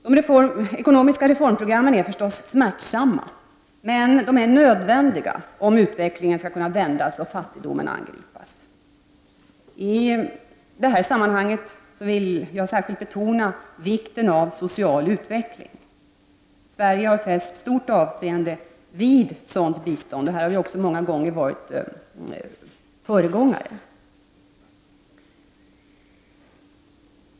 De ekonomiska reformprogrammen är förstås smärtsamma, men de är nödvändiga om utvecklingen skall kunna vändas och fattigdomen angripas. I det sammanhanget vill jag särskilt betona vikten av stöd till social utveckling. Sverige har alltid fäst stort avseende vid sådant bistånd och i många fall varit föregångare på detta område.